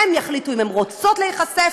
הן יחליטו אם הן רוצות להיחשף